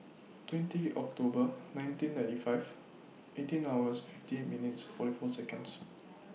twenty October nineteen ninety five eighteen hours fifty minutes forty four Seconds